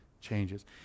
changes